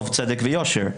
טוב צדק ויושר.